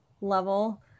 level